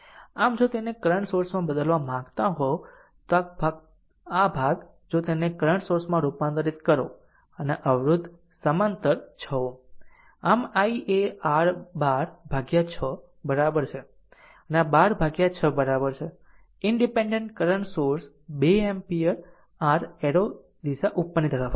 આમ જો તેને કરંટ સોર્સમાં બદલવા માંગતા હોય તો ફક્ત આ ભાગ જો તેને કરંટ સોર્સમાં રૂપાંતરિત કરો અને અવરોધ સમાંતર 6 Ω આમ i એ r 12 ભાગ્યા 6 બરાબર છે આ 12 ભાગ્યા 6 બરાબર છે independent current source 2 ampere r arrow દિશા ઉપરની તરફ હશે